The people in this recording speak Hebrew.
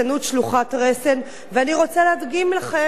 ואני רוצה להדגים לכם באופן אישי.